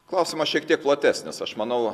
klausimas šiek tiek platesnis aš manau